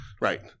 Right